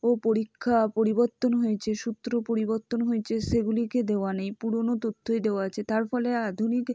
ও পরীক্ষা পরিবর্তন হয়েছে সূত্র পরিবর্তন হয়েছে সেগুলিকে দেওয়া নেই পুরোনো তথ্যই দেওয়া আছে তার ফলে আধুনিক